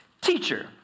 Teacher